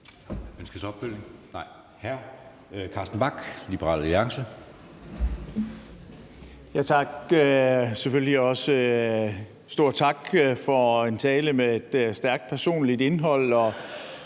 Ønskes opfølgning? Nej. Hr. Carsten Bach, Liberal Alliance. Kl. 23:07 Carsten Bach (LA): Tak, og selvfølgelig også stor tak for en tale med et stærkt personligt indhold